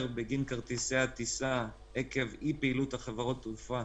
בגין כרטיסי הטיסה עקב אי פעילות חברות התעופה